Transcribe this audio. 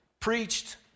preached